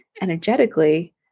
energetically